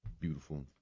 beautiful